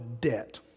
debt